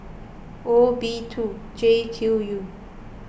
O B two J Q U